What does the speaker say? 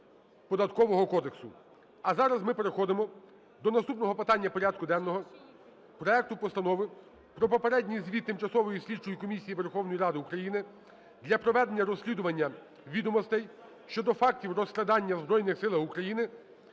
А зараз ми переходимо до наступного питання порядку денного – проекту Постанови про попередній звіт Тимчасової слідчої комісії Верховної Ради України для проведення розслідування відомостей щодо фактів розкрадання в Збройних Силах України